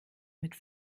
mit